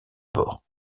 bord